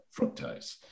fructose